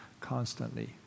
constantly